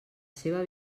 seva